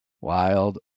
Wild